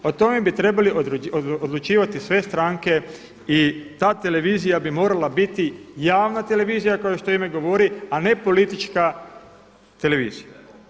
O tome bi trebali odlučivati sve stranke i ta televizija bi morala biti javna televizija kao što ime govori, a ne politička televizija.